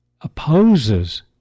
opposes